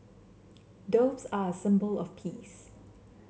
doves are a symbol of peace